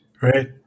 right